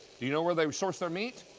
you know where they source their meat?